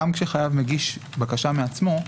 גם כשחייב מגיש בקשה מעצמו,